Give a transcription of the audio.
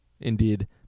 Indeed